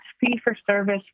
fee-for-service